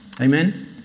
Amen